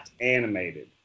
animated